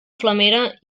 flamera